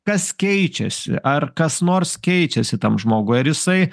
kas keičiasi ar kas nors keičiasi tam žmogui ar jisai